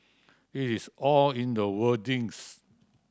it is all in the wording